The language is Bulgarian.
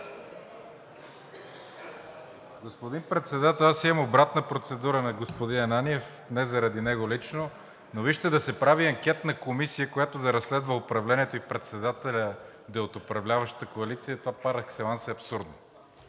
Господин Председател, аз имам обратна процедура на господин Ананиев не заради него лично. Вижте, да се прави анкетна комисия, която да разследва управлението, и председателят да е от управляващата коалиция, това par excellence е абсурдно,